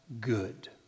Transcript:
good